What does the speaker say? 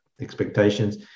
expectations